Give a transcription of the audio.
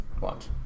watch